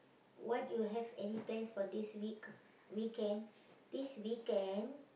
what you have any plans for this week weekend this weekend